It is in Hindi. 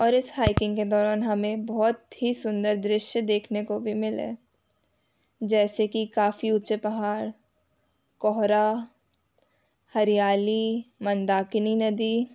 और इस हाइकिंग के दौरान हमें बहुत ही सुंदर दृश्य देखने को भी मिले जैसे कि काफ़ी ऊँचे पहाड़ कोहरा हरियाली मंदाकिनी नदी